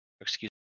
Excuse